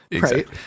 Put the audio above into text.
right